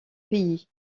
pays